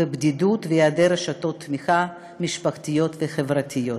בדידות והיעדר רשתות תמיכה משפחתיות וחברתיות.